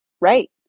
Right